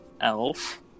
elf